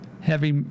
heavy